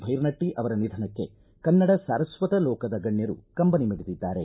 ಭೈರನಟ್ಟಿ ಅವರ ನಿಧನಕ್ಕೆ ಕನ್ನಡ ಸಾರಸ್ವತ ಲೋಕದ ಗಣ್ಯರು ಕಂಬನಿ ಮಿಡಿದಿದ್ದಾರೆ